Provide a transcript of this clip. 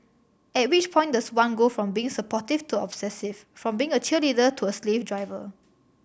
at which point does one go from being supportive to obsessive from being a cheerleader to a slave driver